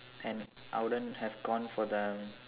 and I wouldn't have gone for the